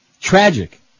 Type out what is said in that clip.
Tragic